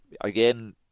again